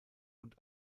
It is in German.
und